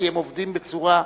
כי הם עובדים בצורה,